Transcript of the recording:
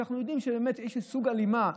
שאנחנו יודעים שיש סוג של הלימה,